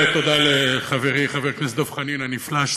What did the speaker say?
תודה לחברי חבר הכנסת דב חנין הנפלא,